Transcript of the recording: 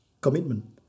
commitment